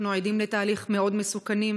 אנחנו עדים לתהליכים מאוד מסוכנים,